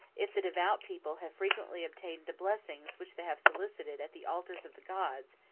if the devout people have frequently obtained the blessings which they have solicited at the altars of the gods,